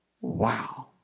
Wow